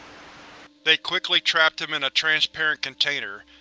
they quickly trapped him in a transparent container.